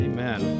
Amen